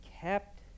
kept